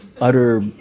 utter